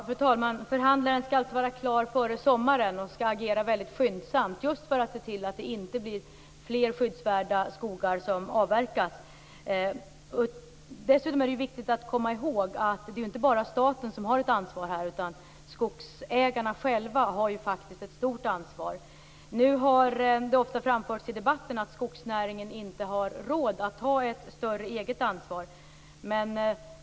Fru talman! Förhandlaren skall alltså vara klar före sommaren och agera skyndsamt, just för att se till att inte fler skyddsvärda skogar avverkas. Dessutom är det viktigt att komma ihåg att det inte bara är staten som har ett ansvar här. Skogsägarna själva har faktiskt ett stort ansvar. Det har ofta framförts i debatten att skogsnäringen inte har råd att ta ett större eget ansvar.